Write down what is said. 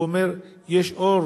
הוא אומר: יש אור